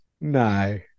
No